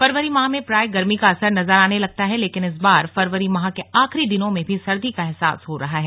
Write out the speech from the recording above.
फरवरी माह में प्रायः गर्मी का असर नजर आने लगता है लेकिन इस बार फरवरी माह के आखिरी दिनों में भी सर्दी का अहसास हो रहा है